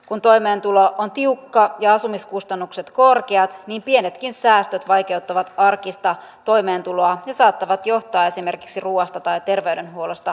kun toimeentulo on tiukka ja asumiskustannukset korkeat niin pienetkin säästöt vaikeuttavat arkista toimeentuloa ja saattavat johtaa esimerkiksi ruoasta tai terveydenhuollosta tinkimiseen